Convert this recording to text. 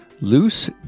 loose